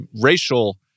racial